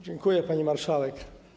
Dziękuję, pani marszałek.